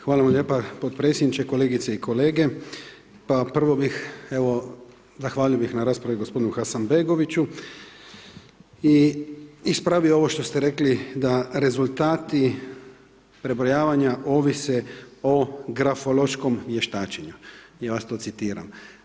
Hvala vam lijepa potpredsjedniče, kolegice i kolege, pa prvo bih evo, zahvalio bih na raspravi g. Hasanbegoviću i ispravio ovo što ste rekli da rezultati prebrojavanja ovise o grafološkom vještačenju, ja vas to citiram.